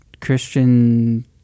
Christian